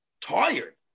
tired